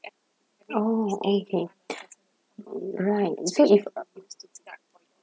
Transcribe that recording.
oh okay right so if